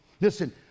Listen